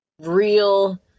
real